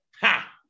Ha